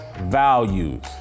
values